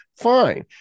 fine